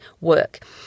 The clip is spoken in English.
work